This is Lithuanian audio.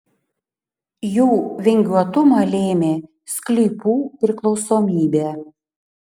jų vingiuotumą lėmė sklypų priklausomybė